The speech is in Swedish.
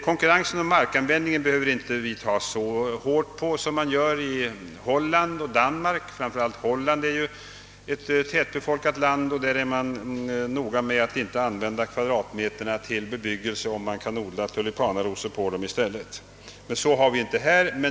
Konkurrensen om markanvändningen behöver vi här i landet inte ta lika hårt på som man gör i Holland och Danmark. Speciellt Holland är ett tätbefolkat land, och där är man noga med att inte använda några kvadratmeter till bebyggelse, om man i stället kan odla tulpaner på dem. Så är det inte här.